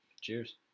cheers